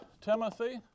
Timothy